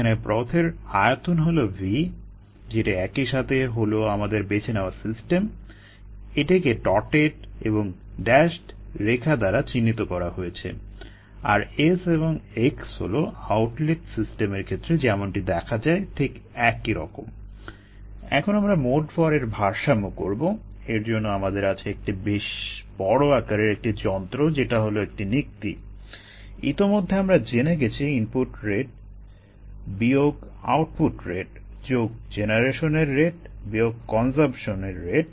এখানে ব্রথের আয়তন হলো V যেটা একইসাথে হল আমাদের বেছে নেওয়া সিস্টেম এর রেট সমান হলো ভর জমা হওয়ার রেট